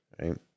Right